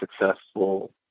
successful